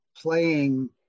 playing